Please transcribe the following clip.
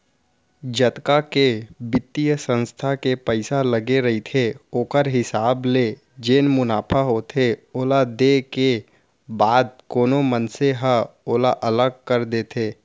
जतका के बित्तीय संस्था के पइसा लगे रहिथे ओखर हिसाब ले जेन मुनाफा होथे ओला देय के बाद कोनो मनसे ह ओला अलग कर देथे